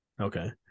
Okay